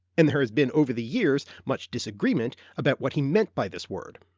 and there has been over the years much disagreement about what he meant by this word.